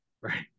Right